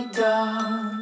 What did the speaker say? dog